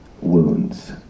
wounds